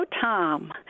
tom